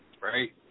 right